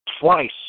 twice